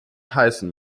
heißen